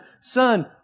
Son